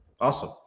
awesome